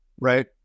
right